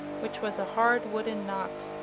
which was a hard wooden knot.